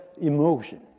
Emotion